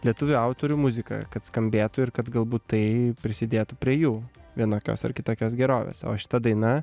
lietuvių autorių muzika kad skambėtų ir kad galbūt tai prisidėtų prie jų vienokios ar kitokios gerovės o šita daina